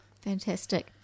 Fantastic